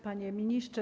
Panie Ministrze!